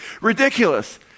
ridiculous